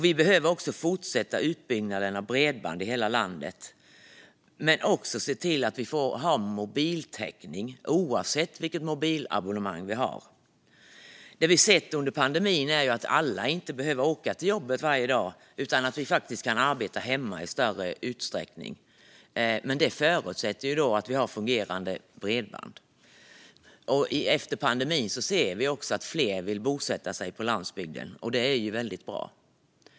Vi behöver också fortsätta utbyggnaden av bredband i hela landet men också se till att vi har mobiltäckning oavsett vilket mobilabonnemang vi har. Det vi sett under pandemin är ju att alla inte behöver åka till jobbet varje dag utan att vi kan arbeta hemma i större utsträckning. Men det förutsätter att det finns fungerande bredband. Efter pandemin ser vi också att fler vill bosätta sig på landsbygden, och det är väldigt bra.